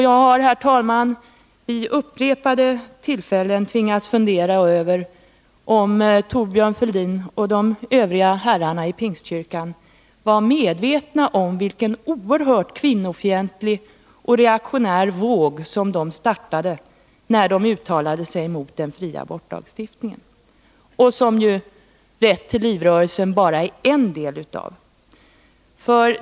Jag har, herr talman, vid upprepade tillfällen tvingats fundera över om Thorbjörn Fälldin och de övriga herrarna i Pingstkyrkan var medvetna om vilken kvinnofientlig och reaktionär våg de startade när de uttalade sig mot den fria abortlagstiftningen, en våg som Rätt till liv-rörelsen bara är en del av.